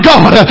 God